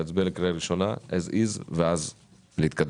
להצביע לקריאה ראשונה as is ואז להתקדם.